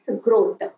growth